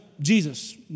Jesus